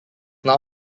now